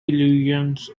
illusions